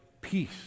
peace